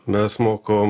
mes mokom